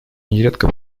нередко